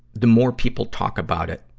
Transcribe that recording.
the more people talk about it,